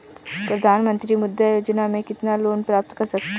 प्रधानमंत्री मुद्रा योजना में कितना लोंन प्राप्त कर सकते हैं?